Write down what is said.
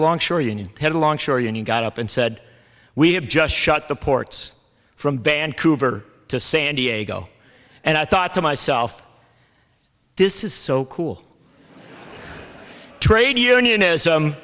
the long sure union had a long story and he got up and said we have just shut the ports from vancouver to san diego and i thought to myself this is so cool trade unionism